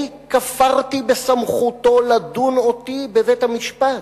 אני כפרתי בסמכותו לדון אותי בבית-המשפט,